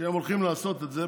שהם הולכים לעשות את זה.